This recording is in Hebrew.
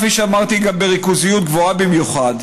כפי שאמרתי, גם בריכוזיות גבוהה במיוחד,